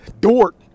Dort